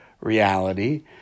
reality